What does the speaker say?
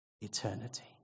eternity